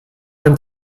dem